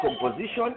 composition